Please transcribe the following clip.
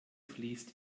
fließt